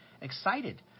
excited